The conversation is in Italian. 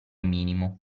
minimo